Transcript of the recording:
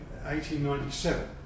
1897